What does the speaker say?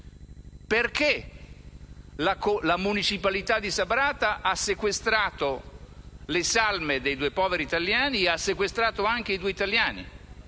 Perché la municipalità di Sabrata ha sequestrato le salme dei due poveri italiani ed ha sequestrato anche i due italiani